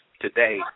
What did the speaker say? today